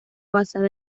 basada